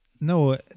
no